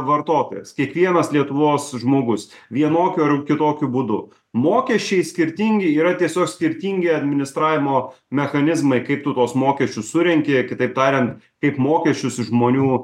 vartotojas kiekvienas lietuvos žmogus vienokiu ar kitokiu būdu mokesčiai skirtingi yra tiesiog skirtingi administravimo mechanizmai kaip tu tuos mokesčius surenki kitaip tariant kaip mokesčius iš žmonių